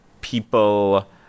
people